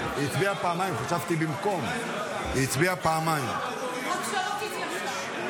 אני קובע כי הצעת חוק הפחתת הגירעון